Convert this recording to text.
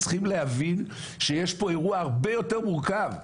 צריכים להבין שיש פה אירוע הרבה יותר מורכב.